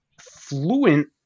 fluent